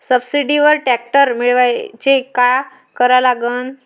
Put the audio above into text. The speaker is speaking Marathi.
सबसिडीवर ट्रॅक्टर मिळवायले का करा लागन?